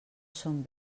són